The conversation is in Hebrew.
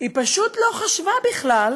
היא פשוט לא חשבה בכלל